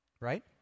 Right